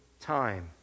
time